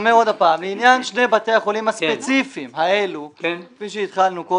לעניין שני בתי החולים הספציפיים האלה, אנחנו